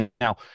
now